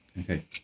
Okay